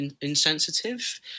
insensitive